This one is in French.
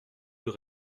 deux